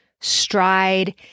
stride